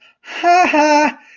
ha-ha